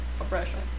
oppression